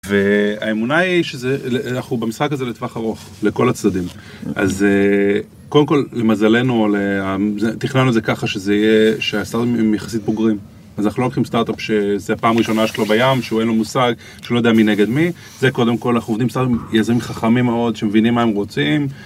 והאמונה היא שאנחנו במשחק הזה לטווח ארוך, לכל הצדדים. אז קודם כל למזלנו, תכננו את זה ככה שזה יהיה, שהסטארטאפים יחסית בוגרים. אז אנחנו לא הולכים לסטארטאפ שזו הפעם הראשונה שלו בים, שהוא אין לו מושג, שלא יודע מי נגד מי. זה קודם כל, אנחנו עובדים עם יזמים חכמים מאוד, שמבינים מה הם רוצים.